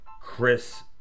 Chris